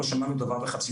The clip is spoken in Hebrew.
לא שמענו שום דבר נוסף.